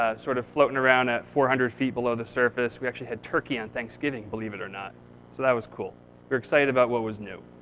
ah sort of floating around at four hundred feet below the surface, we actually had turkey on thanksgiving, believe it or not. so that was cool. we were excited about what was new.